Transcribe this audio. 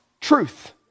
truth